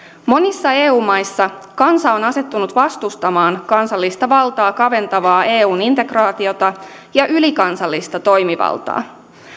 monissa eu maissa kansa on asettunut vastustamaan kansallista valtaa kaventavaa eun integraatiota ja ylikansallista toimivaltaa